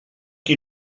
qui